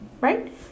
right